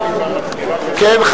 כן,